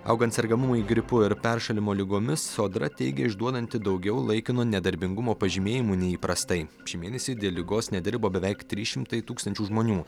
augant sergamumui gripu ir peršalimo ligomis sodra teigia išduodanti daugiau laikino nedarbingumo pažymėjimų nei įprastai šį mėnesį dėl ligos nedirbo beveik trys šimtai tūkstančių žmonių